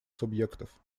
субъектов